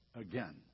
again